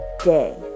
Day